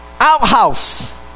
Outhouse